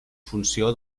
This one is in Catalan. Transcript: funció